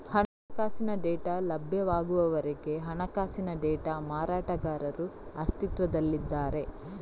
ಹಣಕಾಸಿನ ಡೇಟಾ ಲಭ್ಯವಾಗುವವರೆಗೆ ಹಣಕಾಸಿನ ಡೇಟಾ ಮಾರಾಟಗಾರರು ಅಸ್ತಿತ್ವದಲ್ಲಿದ್ದಾರೆ